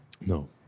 No